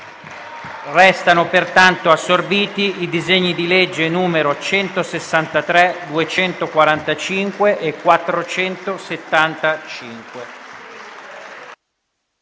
Risultano pertanto assorbiti i disegni di legge nn. 163, 245 e 475.